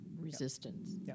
resistance